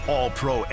All-Pro